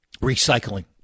Recycling